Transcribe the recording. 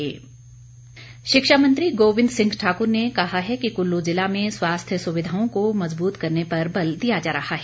गोविंद ठाकुर शिक्षा मंत्री गोविंद सिंह ठाकुर ने कहा है कि कुल्लू ज़िला में स्वास्थ्य सुविधाओं को मज़बूत करने पर बल दिया जा रहा है